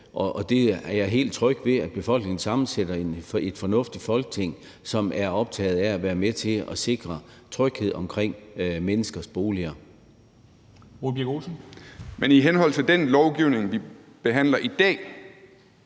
og jeg er helt tryg ved, at befolkningen sammensætter et fornuftigt Folketing, som er optaget af at være med til at sikre tryghed omkring menneskers boliger. Kl. 10:14 Formanden (Henrik Dam